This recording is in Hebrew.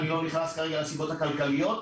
אני לא נכנס לסיבות הכלכליות,